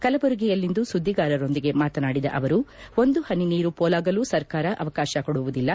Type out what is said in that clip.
ಕಲಬುರಗಿಯಲ್ಲಿಂದು ಸುದ್ವಿಗಾರೊಂದಿಗೆ ಮಾತನಾಡಿದ ಅವರು ಒಂದು ಪನಿ ನೀರು ಪೋಲಾಗಲೂ ಸರ್ಕಾರ ಅವಕಾಶ ಕೊಡುವುದಿಲ್ಲ